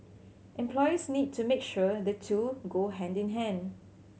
employers need to make sure the two go hand in hand